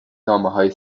نامههای